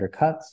undercuts